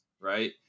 right